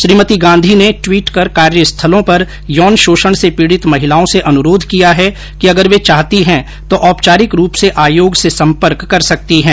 श्रीमती गांधी ने टवीट कर कार्य स्थलों पर यौन शोषण से पीड़ित महिलाओं से अनुरोध किया है कि अगर वे चाहती है तो औपचारिक रूप से आयोग से सम्पर्क कर सकती हैं